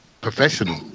professional